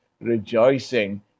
rejoicing